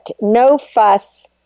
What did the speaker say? no-fuss